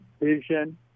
vision